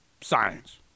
science